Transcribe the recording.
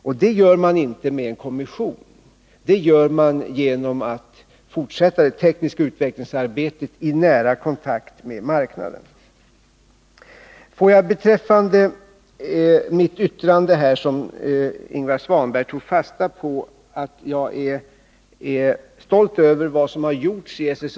Det åstadkommer man inte genom att inrätta en kommission, utan det gör man genom att fortsätta det tekniska utvecklingsarbetet i nära kontakt med marknaden. Ingvar Svanberg tog fasta på mitt yttrande, att jag är stolt över vad som har gjorts i SSAB.